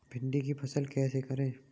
भिंडी की फसल कैसे करें?